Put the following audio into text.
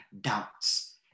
doubts